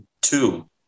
two